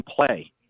play